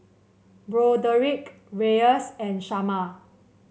Broderick Reyes and Shamar